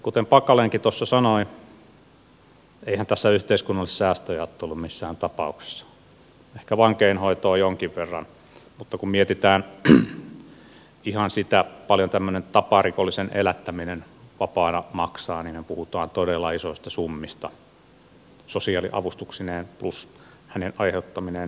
kuten packalenkin tuossa sanoi eihän tässä yhteiskunnalle säästöjä ole tullut missään tapauksessa ehkä vankeinhoitoon jonkin verran mutta kun mietitään ihan sitä kuinka paljon tällainen taparikollisen elättäminen vapaana maksaa niin puhutaan todella isoista summista sosiaaliavustuksineen plus hänen aiheuttamineen rikosvahinkoineen